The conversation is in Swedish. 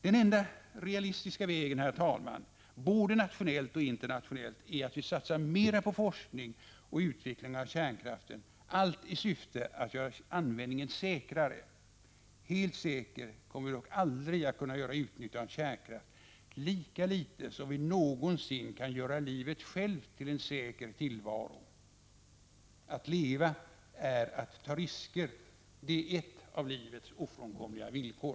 Den enda realistiska vägen — både nationellt och internationellt — är att vi satsar ännu mera på forskning och utveckling av kärnkraften, allt i syfte att göra användningen säkrare. Helt säkert kommer vi dock aldrig att kunna göra utnyttjandet av kärnkraft, lika litet som vi någonsin kan göra livet självt till en säker tillvaro. Att leva är att ta risker — det är ett av livets ofrånkomliga villkor.